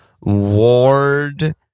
Ward